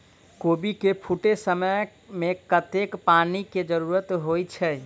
कोबी केँ फूटे समय मे कतेक पानि केँ जरूरत होइ छै?